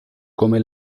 come